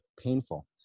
painful